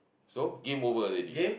so game over already